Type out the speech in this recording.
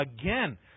again